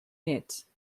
néts